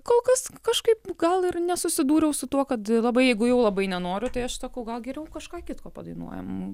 kol kas kažkaip gal ir nesusidūriau su tuo kad labai jeigu jau labai nenoriu tai aš sakau gal geriau kažką kitko padainuojam